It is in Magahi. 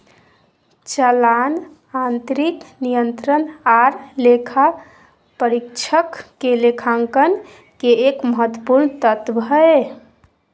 चालान आंतरिक नियंत्रण आर लेखा परीक्षक के लेखांकन के एक महत्वपूर्ण तत्व हय